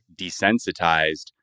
desensitized